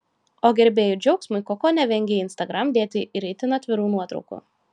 o gerbėjų džiaugsmui koko nevengia į instagram dėti ir itin atvirų nuotraukų